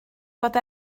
bod